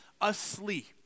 asleep